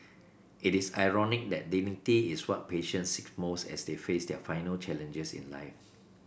it is ironic that dignity is what patients seek most as they face their final challenges in life